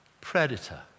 Predator